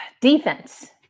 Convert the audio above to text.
Defense